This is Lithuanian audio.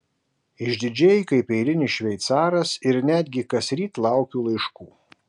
išdidžiai kaip eilinis šveicaras ir netgi kasryt laukiu laiškų